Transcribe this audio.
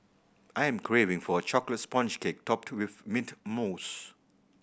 I am craving for a chocolate sponge cake topped with mint mousse